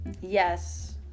Yes